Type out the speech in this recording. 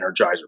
energizer